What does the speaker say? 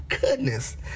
goodness